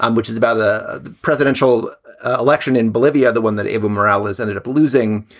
um which is about the presidential election in bolivia, the one that evo morales ended up losing.